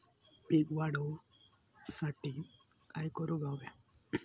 पीक वाढ होऊसाठी काय करूक हव्या?